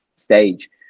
stage